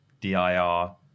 D-I-R